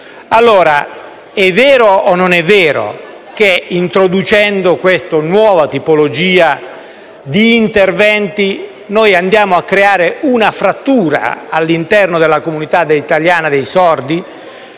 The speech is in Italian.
bisogno. È vero o non è vero allora che introducendo questo nuova tipologia di intervento andiamo a creare una frattura all'interno della comunità italiana dei sordi?